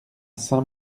saint